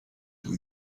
dydw